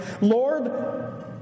Lord